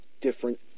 different